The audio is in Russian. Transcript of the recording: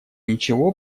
ничего